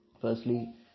Firstly